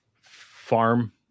Farm